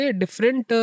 different